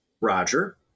Roger